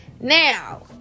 now